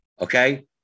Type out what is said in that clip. okay